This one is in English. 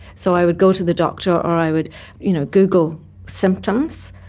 so i would go to the doctor or i would you know google symptoms,